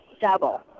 double